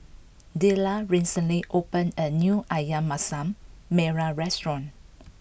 Dellar recently opened a new Ayam Masak Merah restaurant